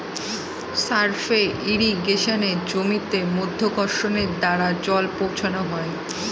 surface ইর্রিগেশনে জমিতে মাধ্যাকর্ষণের দ্বারা জল পৌঁছানো হয়